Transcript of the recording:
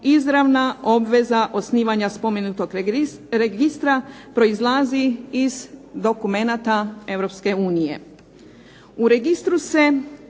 izravna obveza osnivanja spomenutog registra proizlazi iz dokumenta Europske